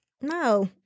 No